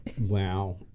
Wow